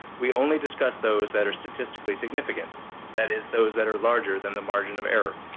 we only discuss those that are statistically significant that is, those that are larger than the margin of error.